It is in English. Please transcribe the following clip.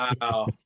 wow